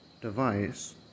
device